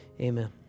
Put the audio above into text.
Amen